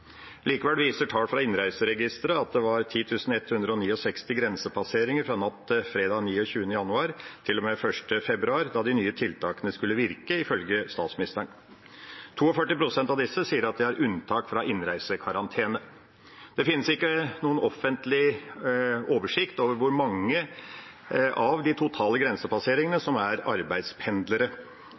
Likevel viser tall fra innreiseregisteret at det var 10 169 grensepasseringer fra natt til fredag 29. januar til og med 1. februar, da de nye tiltakene skulle virke, ifølge statsministeren. 42 pst. av disse sier at de har unntak fra innreisekarantene. Det finnes ikke noen offentlig oversikt over hvor mange av de totale grensepasseringene som er ved arbeidspendlere.